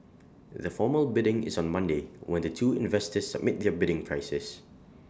the formal bidding is on Monday when the two investors submit their bidding prices